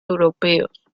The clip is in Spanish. europeos